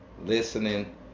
listening